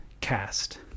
cast